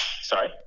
Sorry